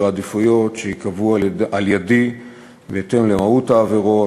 העדיפויות שייקבעו על-ידי בהתאם למהות העבירות,